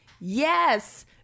yes